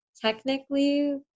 technically